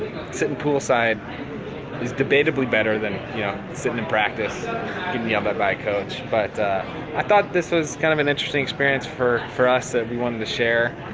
sitting poolside is debatably better than yeah sitting in practice getting yelled at by a coach. but i thought this was kind of an interesting experience for for us that we wanted to share.